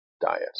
diet